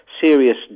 serious